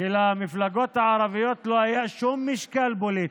שלמפלגות הערביות לא היה שום משקל פוליטי,